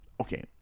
okay